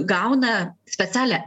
gauna specialią